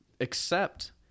accept